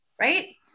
Right